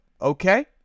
okay